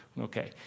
Okay